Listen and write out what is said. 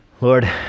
Lord